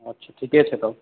अच्छा ठीके छै तब